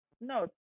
no